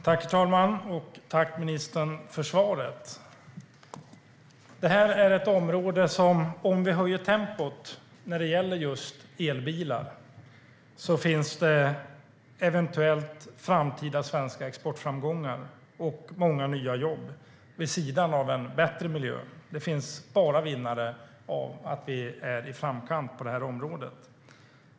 Herr talman! Tack, ministern, för svaret! Om vi höjer tempot när det gäller just elbilar är det här ett område där det, vid sidan av en bättre miljö, eventuellt finns framtida svenska exportframgångar och många nya jobb. Det finns bara vinnare om vi är i framkant på det här området.